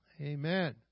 Amen